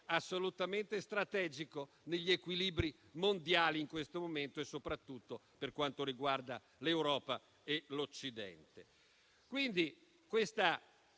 assolutamente strategico negli equilibri mondiali in questo momento e soprattutto per quanto riguarda l'Europa e l'Occidente.